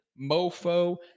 Mofo